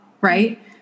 right